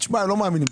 לא מאמינים,